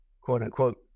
quote-unquote